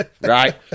right